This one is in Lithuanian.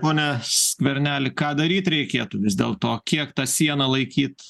pone skverneli ką daryt reikėtų vis dėl to kiek tą sieną laikyt